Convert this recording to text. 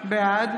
בעד